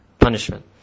punishment